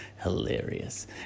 Hilarious